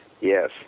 Yes